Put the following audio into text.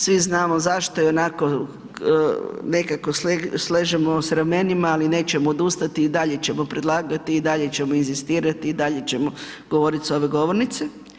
Svi znamo zašto i onako nekako sliježemo s ramenima ali nećemo odustati i dalje ćemo predlagati i dalje ćemo inzistirati i dalje ćemo govoriti s ove govornice.